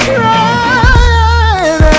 crying